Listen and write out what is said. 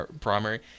primary